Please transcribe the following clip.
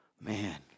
Man